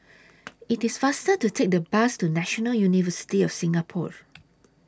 IT IS faster to Take The Bus to National University of Singapore